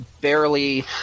barely